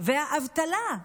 והאבטלה,